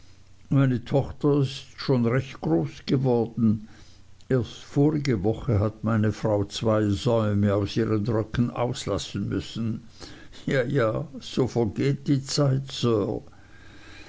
meine tochter ist schon recht groß geworden erst vorige woche hat meine frau zwei säume aus ihren röcken auslassen müssen ja ja so vergeht die zeit sir